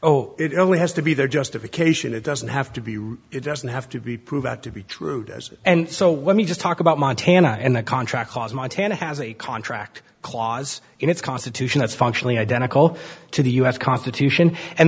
oh it only has to be their justification it doesn't have to be it doesn't have to be proved out to be true does it and so let me just talk about montana and the contract cause montana has a contract clause in its constitution that's functionally identical to the us constitution and